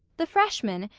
the freshmen,